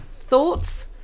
thoughts